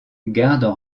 gardent